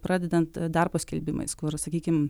pradedant darbo skelbimais kur sakykim